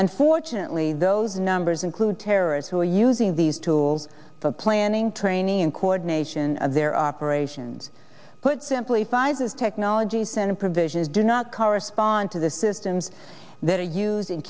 unfortunately those numbers include terrorists who are using these tools for planning training and coordination of their operations put simply find these technologies and provisions do not correspond to the systems they're using